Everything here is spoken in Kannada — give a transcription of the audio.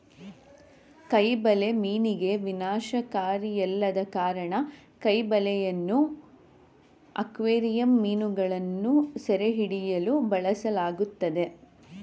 ಕೈ ಬಲೆ ಮೀನಿಗೆ ವಿನಾಶಕಾರಿಯಲ್ಲದ ಕಾರಣ ಕೈ ಬಲೆಯನ್ನು ಅಕ್ವೇರಿಯಂ ಮೀನುಗಳನ್ನು ಸೆರೆಹಿಡಿಯಲು ಬಳಸಲಾಗ್ತದೆ